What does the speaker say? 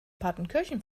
partenkirchen